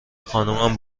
خانمم